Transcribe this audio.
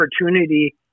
opportunity